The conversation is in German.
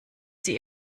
sie